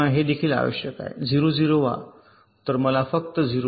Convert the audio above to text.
देखील आवश्यक आहे 0 0 व्हा तर फक्त मला येथे 0 मिळेल